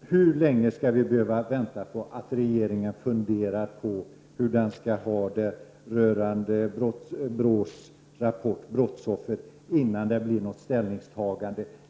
hur länge vi skall behöva vänta på regeringens ställningstagande rörande BRÅ:s rapport Brottsoffer?